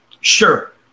Sure